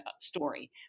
story